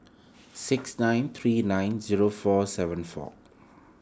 six nine three nine zero four seven four